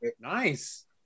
Nice